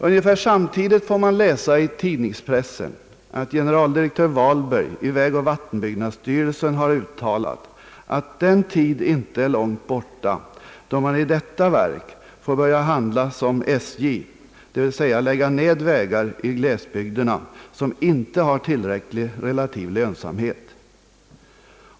Ungefär samtidigt får man läsa i tidningspressen att generaldirektör Vahlberg i vägoch vattenbyggnadsstyrelsen har uttalat att den tid inte är långt borta då man vid detta verk får börja handla som SJ, d.v.s. lägga ned vägar i glesbygderna som inte är tillräckligt relativt lönsamma.